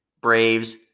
Braves